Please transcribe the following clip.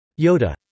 Yoda